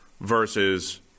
versus